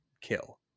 kill